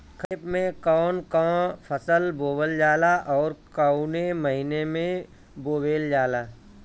खरिफ में कौन कौं फसल बोवल जाला अउर काउने महीने में बोवेल जाला?